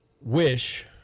wish